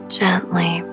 gently